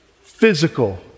physical